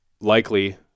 Likely